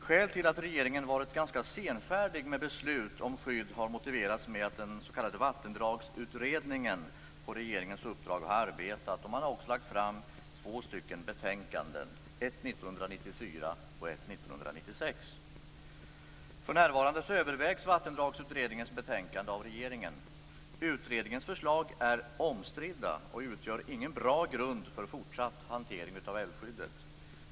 Skälet till att regeringen har varit ganska senfärdig med beslut om skydd har motiverats med att den s.k. vattendragsutredningen på regeringens uppdrag har arbetat och också lagt fram två betänkanden, ett 1994 För närvarande övervägs Vattendragsutredningens betänkande av regeringen. Utredningens förslag är omstridda och utgör ingen bra grund för fortsatt hantering av älvskyddet.